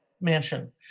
Mansion